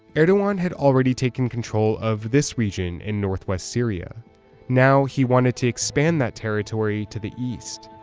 erdogan had already taken control of this region in northwest syria now he wanted to expand that territory to the east,